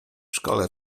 szkole